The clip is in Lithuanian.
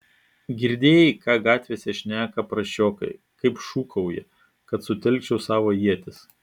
girdėjai ką gatvėse šneka prasčiokai kaip šūkauja kad sutelkčiau savo ietis